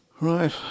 Right